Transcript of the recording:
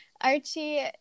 Archie